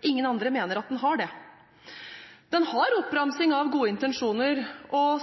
Ingen andre mener at den har det. Den har en oppramsing av gode intensjoner,